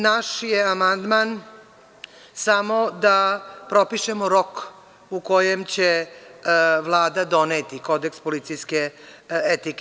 Naš je amandman samo da propišemo rok u kojem će Vlada doneti kodeks policijske etike.